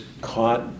caught